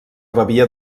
bevia